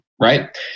right